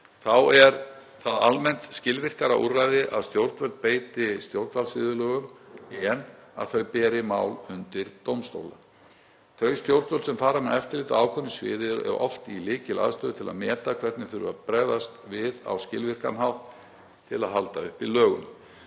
Þá er það almennt skilvirkara úrræði að stjórnvöld beiti stjórnvaldsviðurlögum en að þau beri mál undir dómstóla. Þau stjórnvöld sem fara með eftirlit á ákveðnu sviði eru oft í lykilaðstöðu til að meta hvernig þurfi að bregðast við á skilvirkan hátt til að halda uppi lögum.